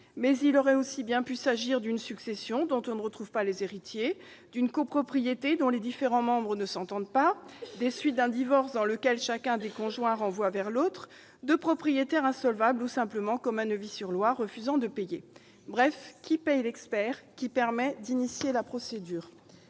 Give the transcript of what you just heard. mais il aurait pu tout aussi bien s'agir d'une succession dont on ne retrouve pas les héritiers, d'une copropriété dont les différents membres ne s'entendent pas, des suites d'un divorce dans lequel chacun des conjoints renvoie l'affaire à l'autre, de propriétaires insolvables ou qui, simplement, comme à Neuvy-sur-Loire, refusent de payer ; bref, qui paie l'expert permettant d'initier la procédure ?